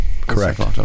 Correct